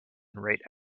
rate